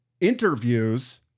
interviews